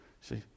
See